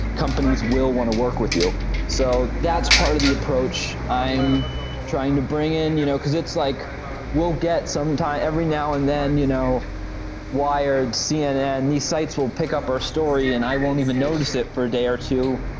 companies will want to work with you so that's part of the approach i'm trying to bring in, you know because it's like we'll get some time every now and then, you know wired cnn. these sites will pick up our story and i won't even notice it for a day or two,